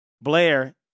Blair